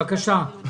בבקשה.